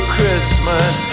Christmas